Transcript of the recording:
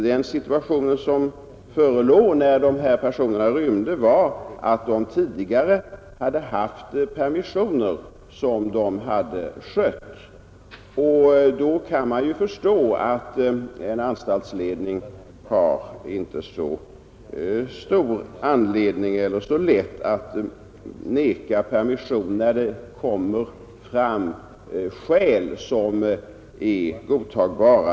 Den situation som förelåg när personerna i fråga rymde var att de tidigare hade haft permissioner som de hade skött. Då kan man förstå att en anstaltsledning inte har så lätt att vägra permission när det kommer fram skäl som är godtagbara.